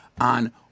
on